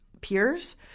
peers